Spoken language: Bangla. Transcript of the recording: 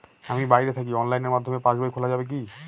আমি বাইরে থাকি অনলাইনের মাধ্যমে পাস বই খোলা যাবে কি?